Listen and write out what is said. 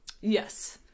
Yes